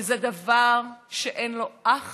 וזה דבר שאין לו אח